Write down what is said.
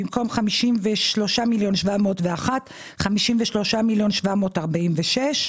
במקום 53,701,000 53,746,000,